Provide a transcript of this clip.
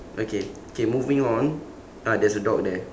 okay okay moving on ah there's a dog there